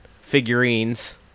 figurines